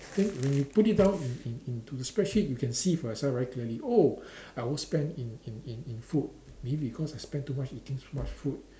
then when you put in down in in into spreadsheet you can see for yourself very clearly oh I won't spend in in in in food maybe because I spend too much eating too much food